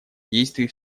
действий